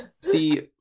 See